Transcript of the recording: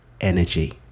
energy